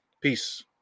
Peace